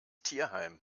tierheim